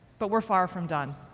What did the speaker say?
but we're far from done.